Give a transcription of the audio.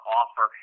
offer